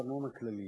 את הארנונה הכללית,